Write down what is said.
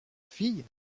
fille